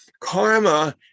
Karma